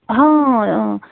ہاں اۭں